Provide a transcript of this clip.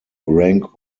rank